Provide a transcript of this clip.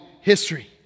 history